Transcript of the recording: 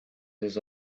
his